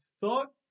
thought